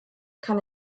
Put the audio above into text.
kann